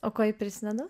o kuo ji prisideda